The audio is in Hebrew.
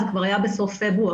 זה כבר היה בסוף פברואר.